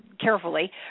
carefully